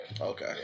Okay